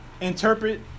interpret